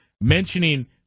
mentioning